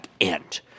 end